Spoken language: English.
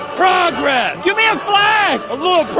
progress. give me a flag. a little